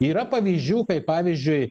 yra pavyzdžių kai pavyzdžiui